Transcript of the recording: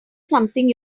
something